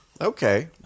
Okay